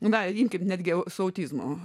nudailinti netgi su autizmu